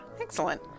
Excellent